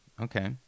Okay